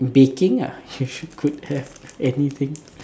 baking ah you should could have anything